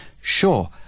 Sure